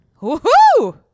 Woo-hoo